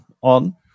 on